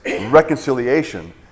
reconciliation